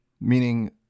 meaning